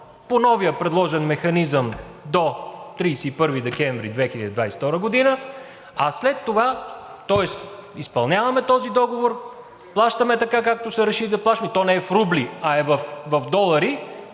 по новия предложен механизъм до 31 декември 2022 г., а след това, тоест изпълняваме този договор, плащаме така, както се реши да плащаме, и то не е в рубли, а е в долари,